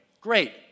Great